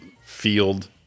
field